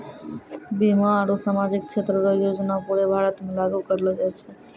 बीमा आरू सामाजिक क्षेत्र रो योजना पूरे भारत मे लागू करलो जाय छै